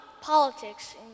politics